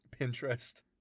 Pinterest